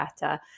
better